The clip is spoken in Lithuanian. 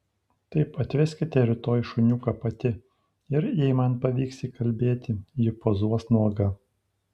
taip atveskite rytoj šuniuką pati ir jei man pavyks įkalbėti ji pozuos nuoga